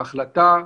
ההחלטה,